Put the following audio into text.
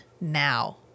now